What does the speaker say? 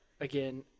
again